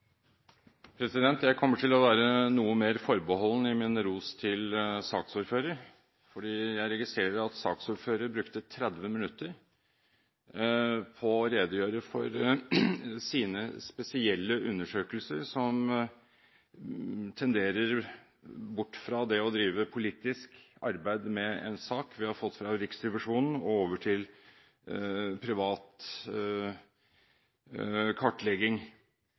vesentlig! Jeg kommer til å være noe mer forbeholden i min ros til saksordføreren, for jeg registrerte at saksordføreren brukte 30 minutter på å redegjøre for sine spesielle undersøkelser, som tenderer bort fra det å drive politisk arbeid med en sak vi har fått fra Riksrevisjonen, og over til privat kartlegging.